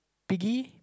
piggy